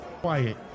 quiet